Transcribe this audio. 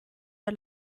der